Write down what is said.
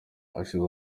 hashize